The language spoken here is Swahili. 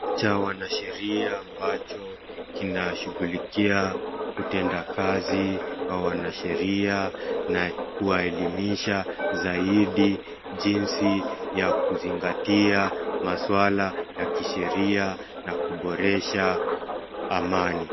Cha wanasheria ambacho kinashughulikia utendakazi wa wanasheria na kuwaelimisha zaidi jinsi ya kuzingatia maswala ya kisheria na kuboresha amani.